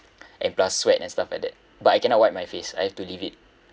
and plus sweat and stuff like that but I cannot wipe my face I have to leave it